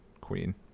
Queen